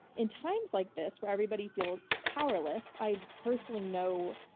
in times like this where everybody feels powerless, i personally know.